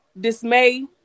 dismay